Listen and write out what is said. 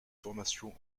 formation